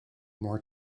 more